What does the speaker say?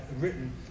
written